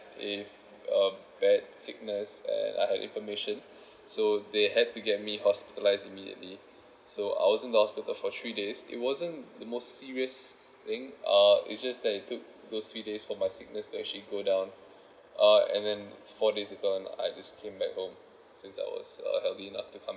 if a bad sickness and I had inflammation so they had to get me hospitalized immediately so I was in the hospital for three days it wasn't the most serious thing uh it's just that it took those three days for my sickness to actually go down uh and then four days later and I just came back home since I was uh healthy enough to come